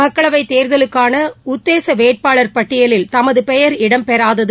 மக்களவைத் தேர்தலுக்கானஉத்தேசவேட்பாளர் பட்டியலில் தமதுபெயர் இடம் பெறாதது